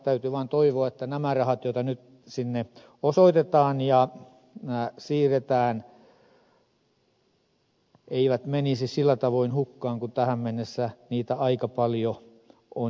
täytyy vaan toivoa että nämä rahat joita nyt sinne osoitetaan ja siirretään eivät menisi sillä tavoin hukkaan kun tähän mennessä niitä aika paljon on mennyt